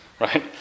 right